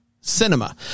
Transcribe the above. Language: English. Cinema